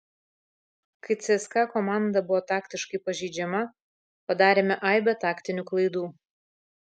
kai cska komanda buvo taktiškai pažeidžiama padarėme aibę taktinių klaidų